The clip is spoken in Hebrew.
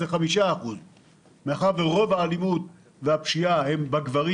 ואתם מדברים על 5%. מאחר ורוב האלימות והפשיעה היא של גברים,